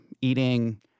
eating